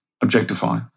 objectify